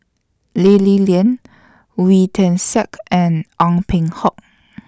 Lee Li Lian Wee Tian Siak and Ong Peng Hock